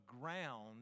ground